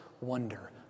wonder